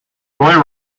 roy